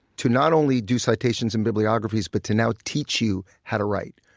to not only do citations and bibliographies but to now teach you how to write.